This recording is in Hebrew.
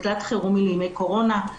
מקלט חירומי לימי קורונה,